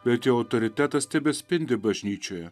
bet jo autoritetas tebespindi bažnyčioje